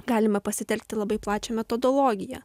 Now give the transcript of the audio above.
galima pasitelkti labai plačią metodologiją